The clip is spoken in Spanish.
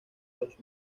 los